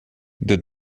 did